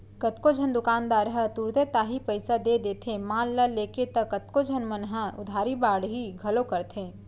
कतको झन दुकानदार ह तुरते ताही पइसा दे देथे माल ल लेके त कतको झन मन ह उधारी बाड़ही घलौ करथे